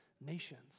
nations